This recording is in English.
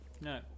No